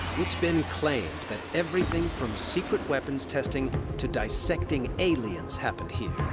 it's been claimed that everything from secret weapons testing to dissecting aliens happened here.